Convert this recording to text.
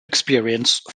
experience